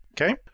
Okay